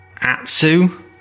Atsu